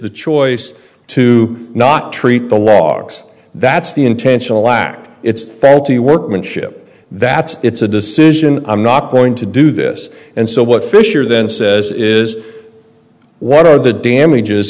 the choice to not treat the logs that's the intentional act it's felty workmanship that's it's a decision i'm not going to do this and so what fisher then says is what are the damages